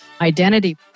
identity